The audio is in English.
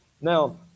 Now